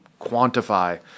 quantify